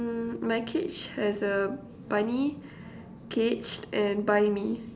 mm my cage has a bunny cage and buy me